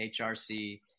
HRC